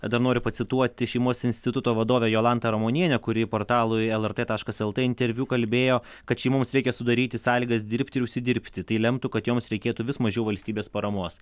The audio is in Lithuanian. dar noriu pacituoti šeimos instituto vadovę jolantą ramonienę kuri portalui lrt taškas lt interviu kalbėjo kad šeimoms reikia sudaryti sąlygas dirbti ir užsidirbti tai lemtų kad joms reikėtų vis mažiau valstybės paramos